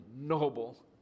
noble